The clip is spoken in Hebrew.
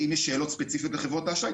אם יש שאלות ספציפיות לחברות האשראי,